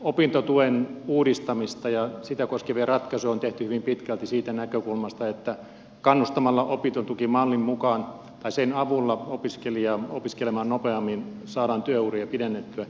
opintotuen uudistamista ja sitä koskevia ratkaisuja on tehty hyvin pitkälti siitä näkökulmasta että kannustamalla opintotukimallin mukaan tai sen avulla opiskelijaa opiskelemaan nopeammin saadaan työuria pidennettyä